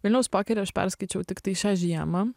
vilniaus pokerį aš perskaičiau tiktai šią žiemą